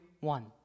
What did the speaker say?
One